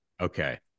okay